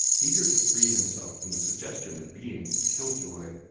eager to free himself from the suggestion of being a kill-joy.